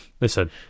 Listen